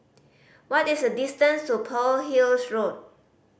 what is the distance to Pearl Hill Road